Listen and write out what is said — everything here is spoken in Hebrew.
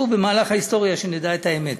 במהלך ההיסטוריה חשוב שנדע את האמת.